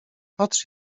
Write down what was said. patrz